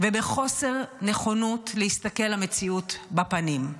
ובחוסר נכונות להסתכל למציאות בפנים.